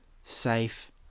safe